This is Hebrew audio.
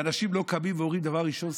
ואנשים לא קמים ואומרים דבר ראשון,